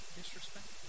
disrespect